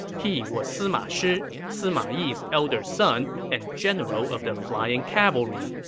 he was sima shi, sima yi's elder son and general of the flying cavalry.